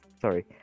sorry